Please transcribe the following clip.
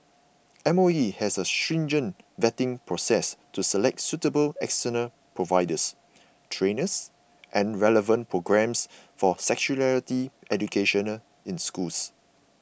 M O E has a stringent vetting process to select suitable external providers trainers and relevant programmes for sexuality education in schools